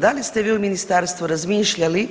Da li ste vi u Ministarstvu razmišljali